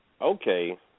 Okay